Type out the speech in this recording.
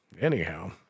Anyhow